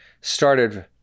Started